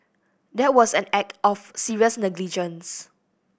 that was an act of serious negligence